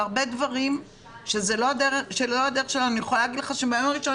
על הרבה דברים שזה לא --- אני יכולה להגיד לך שמהיום הראשון